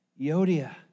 Yodia